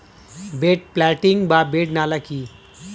Bed planting বা bed নালা কি?